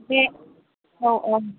दे औ औ